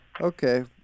Okay